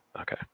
okay